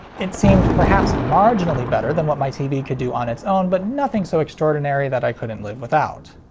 it seemed perhaps marginally better than what my tv could do on its own, but nothing so extraordinary that i couldn't live without.